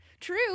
True